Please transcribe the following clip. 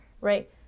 right